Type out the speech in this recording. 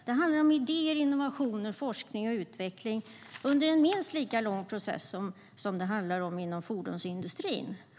Det handlar om idéer, innovationer, forskning och utveckling under en minst lika lång process som inom fordonsindustrin.